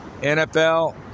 NFL